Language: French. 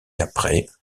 après